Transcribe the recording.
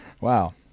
Wow